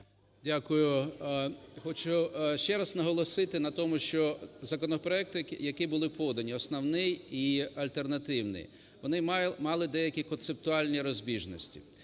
Дякую. Хочу ще раз наголосити на тому, що законопроекти, які були подані, основний і альтернативний, вони мали деякі концептуальні розбіжності.